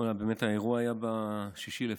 האירוע היה ב-6 בפברואר.